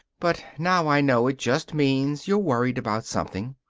but now i know it just means you're worried about something,